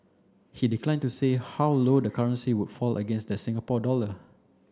he declined to say how low the currency would fall against the Singapore dollar